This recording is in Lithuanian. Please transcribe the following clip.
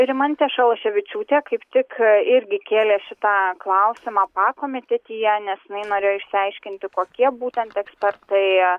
rimantė šalaševičiūtė kaip tik ką irgi kėlė šitą klausimą pakomitetyje nes jinai norėjo išsiaiškinti kokie būtent ekspertai